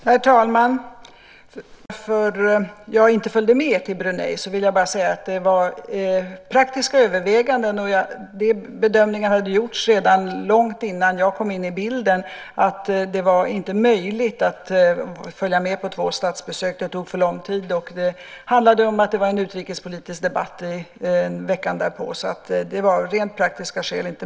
Herr talman! På frågan från Birgitta Ohlsson om varför jag inte följde med till Brunei vill jag säga att det skedde efter praktiska överväganden. Redan långt innan jag kom in i bilden hade bedömningen gjorts att det inte var möjligt att följa med på två statsbesök. Det skulle ta för lång tid. Det var en utrikespolitisk debatt veckan därpå. Det var inte möjligt av rent praktiska skäl.